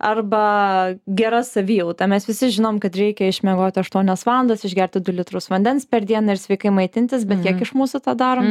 arba gera savijauta mes visi žinom kad reikia išmiegoti aštuonias valandas išgerti du litrus vandens per dieną ir sveikai maitintis bet kiek iš mūsų tą darom